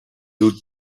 doe